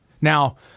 Now